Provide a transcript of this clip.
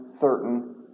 certain